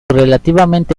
relativamente